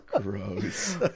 Gross